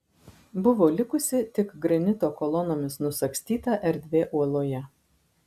buvo likusi tik granito kolonomis nusagstyta erdvė uoloje